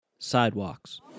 Sidewalks